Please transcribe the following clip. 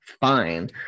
fine